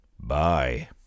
bye